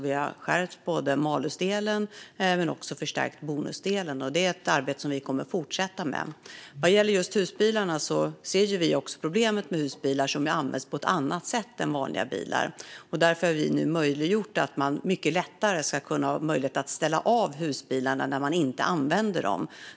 Vi har både skärpt malusdelen och förstärkt bonusdelen. Detta arbete kommer vi att fortsätta med. Även vi ser problemet för husbilar, som ju används på ett annat sätt än vanliga bilar. Därför har vi nu möjliggjort att man mycket lättare ska kunna ställa av husbilen när man inte använder dem.